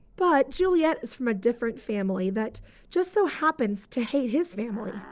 but, juliet is from a different family that just so happens to hate his family. yeah